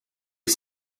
est